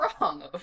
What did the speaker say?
wrong